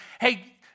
hey